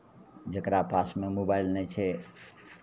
जकरा पासमे मोबाइल नहि छै